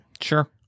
Sure